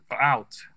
out